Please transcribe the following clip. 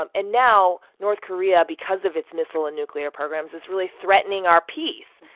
um and now north korea, because of its missile and nuclear programs, is really threatening our peace.